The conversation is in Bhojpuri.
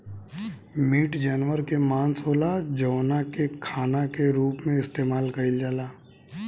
मीट जानवर के मांस होला जवना के खाना के रूप में इस्तेमाल कईल जाला